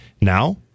Now